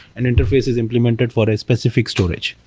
and interface is implemented for a specific storage.